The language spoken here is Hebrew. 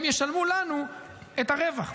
הם ישלמו לנו את הרווח,